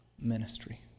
ministry